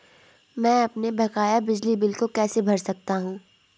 मैं अपने बकाया बिजली बिल को कैसे भर सकता हूँ?